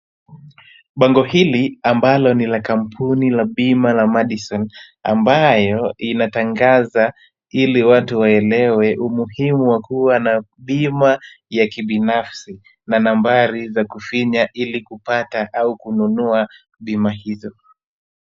Bango hili ambalo ni la kampuni la bima la Madison, ambayo inatangaza ili watu waelewe umuhimu wa kuwa na bima ya kibinafsi na nambari za kufinya ili kupata au kununua bima hizo.